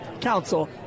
Council